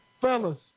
fellas